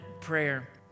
prayer